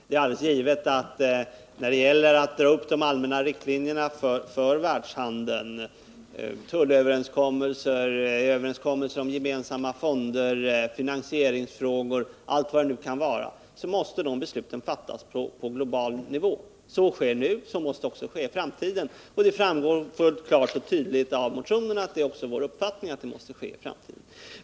Det är givet att när det gäller att dra upp de allmänna riktlinjerna för världshandeln — tullöverenskommelser, överenskommelser om gemensamma fonder, finansieringsfrågor och allt vad det nu kan vara —så måste de besluten fattas på global nivå. Så sker nu, och så måste också ske i framtiden. Och det framgår fullt klart och tydligt av motionerna att detta också är vår uppfattning.